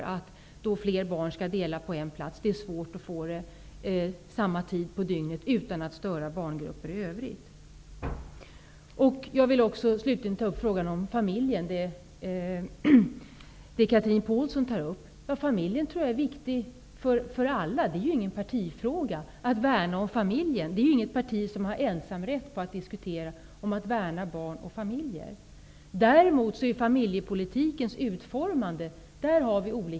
Det är svårt att få det att fungera med tider, då fler barn skall dela på en plats utan att störa barngruppen i övrigt. Slutligen vill jag ta upp frågan om familjen, som också Chatrine Pålsson tog upp. Jag tror att familjen är viktig för alla. Det är ju ingen partifråga. Det är inget parti som har ensamrätt på att vilja värna barn och familjer. Däremot har vi olika idéer om familjepolitikens utformande.